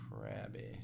Crabby